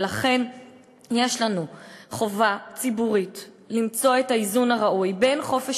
לכן יש לנו חובה ציבורית למצוא את האיזון הראוי בין חופש